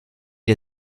der